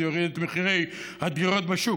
זה יוריד את מחירי הדירות בשוק,